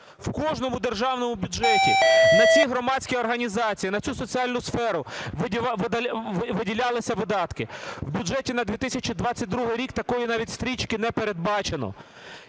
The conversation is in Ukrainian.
В кожному державному бюджеті на ці громадські організації, на цю соціальну сферу виділялися видатки. В бюджеті на 2022 рік такої навіть стрічки не передбачено.